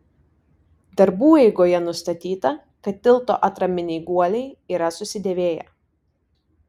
darbų eigoje nustatyta kad tilto atraminiai guoliai yra susidėvėję